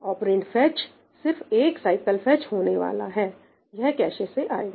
operand fetch सिर्फ एक cycle fetch होने वाला है यह कैशे से आएगा